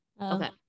Okay